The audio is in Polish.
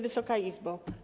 Wysoka Izbo!